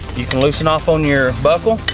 you can loosen off on your buckle,